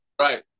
Right